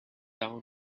down